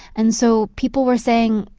and so people were saying,